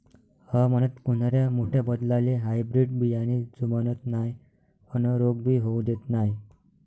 हवामानात होनाऱ्या मोठ्या बदलाले हायब्रीड बियाने जुमानत नाय अन रोग भी होऊ देत नाय